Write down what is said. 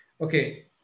Okay